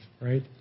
right